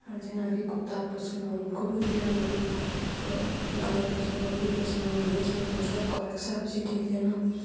आओर जेनाकि कुत्ता पोसलहुॅं हुनको ध्यान रखलहुॅं गाय पोसलहुॅं बकरी पोसलहुॅं भैंस पोसलहुॅं सबके रक्षा होइ छै ठीक जेना